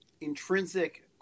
intrinsic